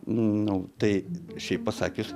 nu tai šiaip pasakius